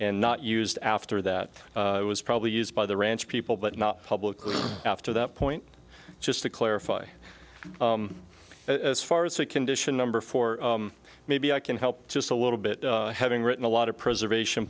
and not used after that was probably used by the ranch people but not publicly after that point just to clarify as far as the condition number four maybe i can help just a little bit having written a lot of preservation